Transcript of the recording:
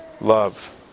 love